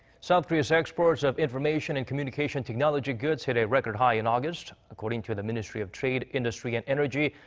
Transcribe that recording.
south korea's exports of information and communication technology goods hit a record high in august. according to the ministry of trade, industry and energy.